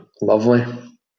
Lovely